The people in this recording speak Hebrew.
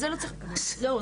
לא,